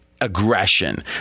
aggression